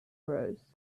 rose